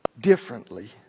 differently